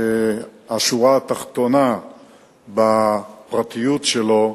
השורה התחתונה בפרטיות שלו,